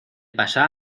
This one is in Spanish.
pasa